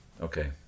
Okay